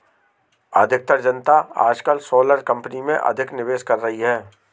अधिकतर जनता आजकल सोलर कंपनी में अधिक निवेश कर रही है